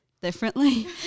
differently